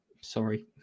Sorry